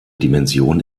dimension